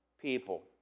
people